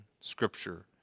Scripture